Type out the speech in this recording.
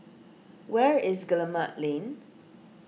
where is Guillemard Lane